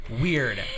weird